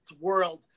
world